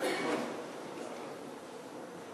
(התיישנות ממועד זכות התביעה),